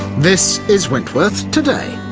this is wentworth today.